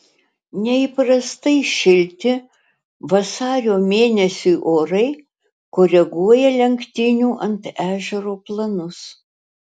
neįprastai šilti vasario mėnesiui orai koreguoja lenktynių ant ežero planus